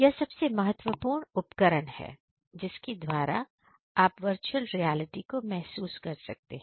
यह सबसे महत्वपूर्ण उपकरण है जिसके द्वारा आप वर्चुअल रियालिटी को महसूस कर सकते हैं